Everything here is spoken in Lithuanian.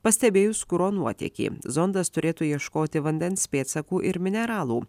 pastebėjus kuro nuotėkį zondas turėtų ieškoti vandens pėdsakų ir mineralų